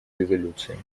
резолюции